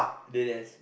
deadass